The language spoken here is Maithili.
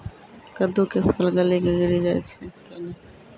कददु के फल गली कऽ गिरी जाय छै कैने?